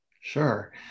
Sure